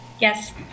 Yes